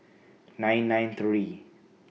nine nine three